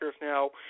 now